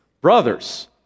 Brothers